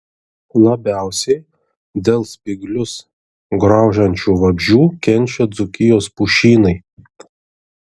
labiausiai dėl spyglius graužiančių vabzdžių kenčia dzūkijos pušynai